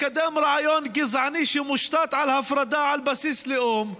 מקדם רעיון גזעני שמושתת על הפרדה על בסיס לאום,